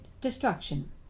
destruction